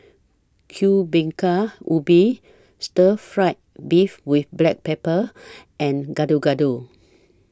Kuih Bingka Ubi Stir Fry Beef with Black Pepper and Gado Gado